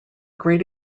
great